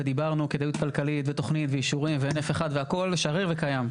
ודיברנו כדאיות כלכלית ותוכנית ואישורים בהינף אחד והכל שרר וקיים.